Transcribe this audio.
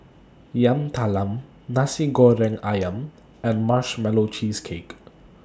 Yam Talam Nasi Goreng Ayam and Marshmallow Cheesecake